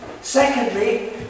Secondly